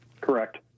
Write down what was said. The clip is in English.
Correct